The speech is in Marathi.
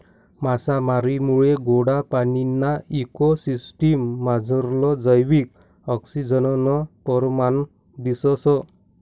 मासामारीमुये गोडा पाणीना इको सिसटिम मझारलं जैविक आक्सिजननं परमाण दिसंस